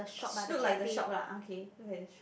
look like the shop lah okay look like the shop